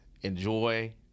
enjoy